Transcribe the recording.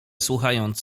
słuchając